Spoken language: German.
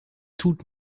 tut